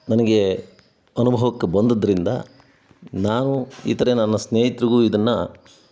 ನನಗೆ ಅನುಭವಕ್ಕೆ ಬಂದಿದ್ರಿಂದ ನಾನೂ ಇತರೆ ನನ್ನ ಸ್ನೇಹಿತರಿಗೂ ಇದನ್ನು